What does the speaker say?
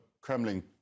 Kremlin